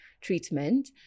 treatment